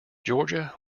georgia